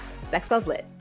SexLoveLit